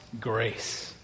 grace